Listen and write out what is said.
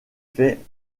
fait